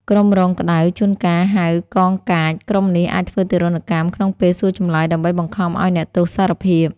ក្រុមរងក្តៅ (ជួនកាលហៅ កងកាច) ក្រុមនេះ អាចធ្វើទារុណកម្ម ក្នុងពេលសួរចម្លើយដើម្បីបង្ខំឱ្យអ្នកទោសសារភាព។